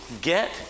get